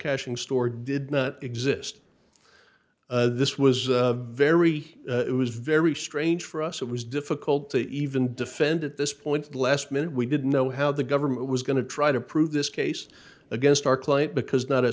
cashing store did not exist this was very it was very strange for us it was difficult to even defend at this point last minute we didn't know how the government was going to try to prove this case against our client because not a